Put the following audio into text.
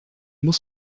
muss